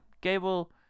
Gable